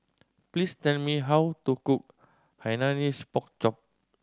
please tell me how to cook Hainanese Pork Chop